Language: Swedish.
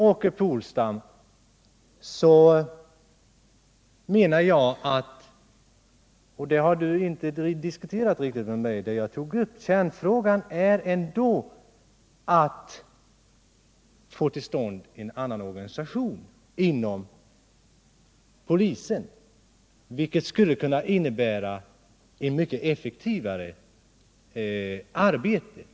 Åke Polstam, en sak som ni inte diskuterade ordentligt med mig är problemet att försöka få till stånd en annan organisation inom polisen, vilket skulle kunna innebära ett mycket effektivare arbete.